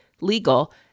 legal